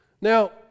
Now